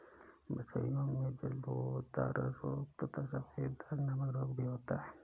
मछलियों में जलोदर रोग तथा सफेद दाग नामक रोग भी होता है